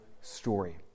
story